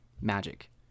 magic